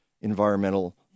environmental